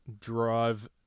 drive